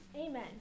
amen